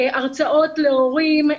הרצאות להורים,